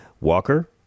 Walker